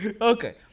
Okay